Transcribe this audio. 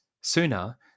sooner